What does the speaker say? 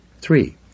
Three